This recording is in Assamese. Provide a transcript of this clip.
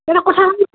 এটা কথা